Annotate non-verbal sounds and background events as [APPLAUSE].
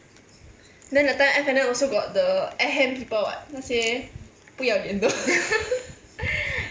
then that time F&N also got the people [what] 那些不要脸的 [LAUGHS]